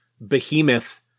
behemoth